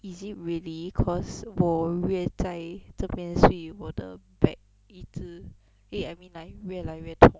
is it really cause 我越在这边睡我的 back 一直 eh I mean like 越来越痛